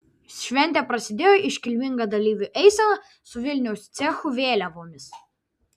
šventė prasidėjo iškilminga dalyvių eisena su vilniaus cechų vėliavomis